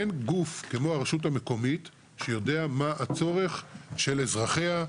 אין גוף כמו הרשות המקומית שיודע מה הצורך של אזרחיה,